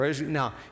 Now